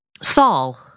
Saul